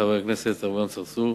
חבר הכנסת אברהים צרצור.